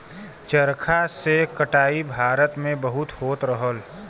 चरखा से कटाई भारत में बहुत होत रहल